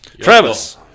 Travis